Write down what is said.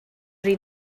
rhy